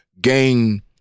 gain